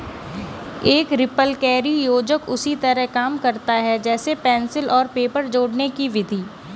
एक रिपलकैरी योजक उसी तरह काम करता है जैसे पेंसिल और पेपर जोड़ने कि विधि